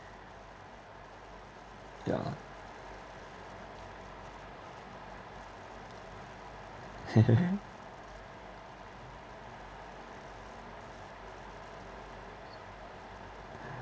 yeah